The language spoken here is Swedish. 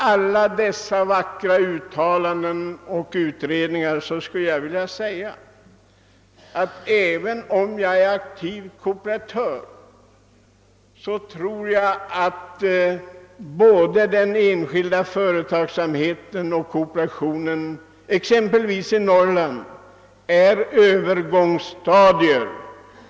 även om jag är aktiv kooperatör tror jag — trots alla vackra uttalanden och trots alla utredningar — att både den enskilda företagsamheten och kooperationen är övergångsstadier.